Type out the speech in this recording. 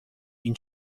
این